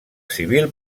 civil